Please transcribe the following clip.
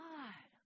God